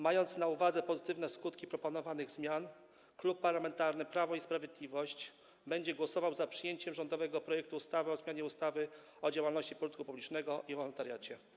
Mając na uwadze pozytywne skutki proponowanych zmian, Klub Parlamentarny Prawo i Sprawiedliwość będzie głosował za przyjęciem rządowego projektu ustawy o zmianie ustawy o działalności pożytku publicznego i o wolontariacie.